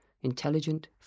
intelligent